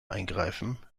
eingreifen